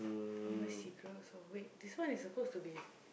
I want buy cigarettes also wait this one is supposed to be